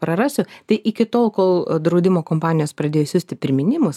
prarasiu tai iki tol kol draudimo kompanijos pradėjo siųsti priminimus